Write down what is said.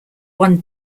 one